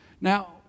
Now